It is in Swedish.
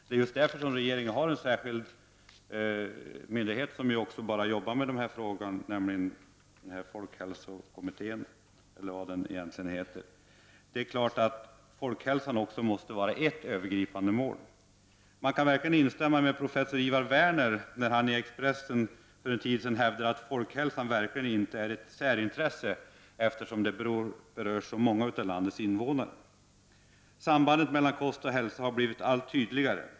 Det är just därför som regeringen har tillsatt en särskild folkhälsogrupp, som arbetar enbart med den här frågan. Det är klart att också folkhälsan måste vara ett övergripande mål. Man kan verkligen instämma i professor Ivar Werners artikel i Expressen där han för en tid sedan hävdade att folkhälsan ”verkligen inte är ett särintresse, eftersom så många av landets invånare berörs”. Sambandet mellan kost och hälsa har blivit allt tydligare.